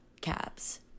cabs